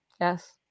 Yes